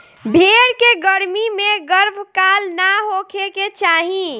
भेड़ के गर्मी में गर्भकाल ना होखे के चाही